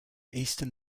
eastern